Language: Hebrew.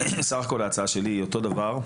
סך הכול ההצעה שלי היא אותו דבר.